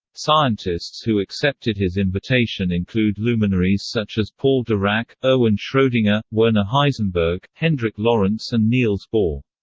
scientists who accepted his invitation include luminaries such as paul dirac, erwin schrodinger, werner heisenberg, hendrik lorentz and niels bohr.